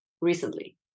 recently